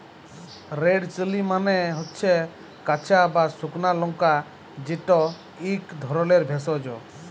red chilli মালে হচ্যে কাঁচা বা সুকনা লংকা যেট ইক ধরলের ভেষজ